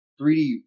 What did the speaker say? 3D